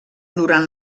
durant